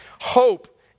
Hope